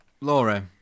Laura